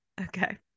Okay